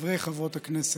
חברי וחברות הכנסת,